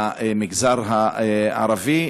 למגזר הערבי,